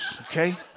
okay